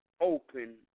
Open